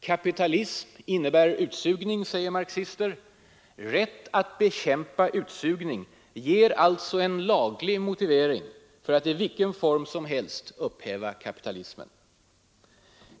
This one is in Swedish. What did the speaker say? Kapitalism innebär utsugning, säger marxister — rätt att ”bekämpa utsugning” ger alltså en laglig motivering för att i vilken form som helst upphäva kapitalismen.